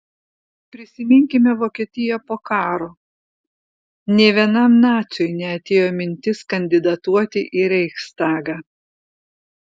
prisiminkime vokietiją po karo nė vienam naciui neatėjo mintis kandidatuoti į reichstagą